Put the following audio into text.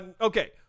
Okay